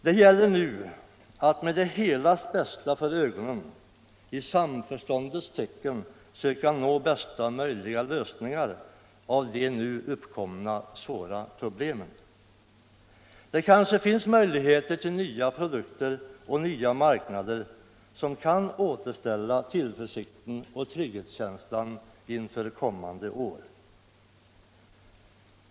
Det gäller nu att med det helas bästa för ögonen i samförståndets tecken se till att nå bästa möjliga lösningar på de nu uppkomna svåra problemen. Det kanske finns möjligheter till nya produkter och nya marknader som kan återställa tillförsikten och trygghetskänslan inför kommande år.